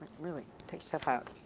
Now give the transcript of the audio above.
really, take yourself out.